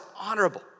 honorable